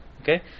okay